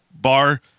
bar